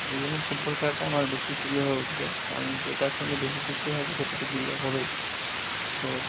এই জন্য ফুটবল খেলাটা আমার বেশি প্রিয় হয়ে উঠেছে কারণ যেটার সঙ্গে বেশি যুক্ত থাকবো সেটা তো প্রিয় হবেই তো